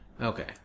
Okay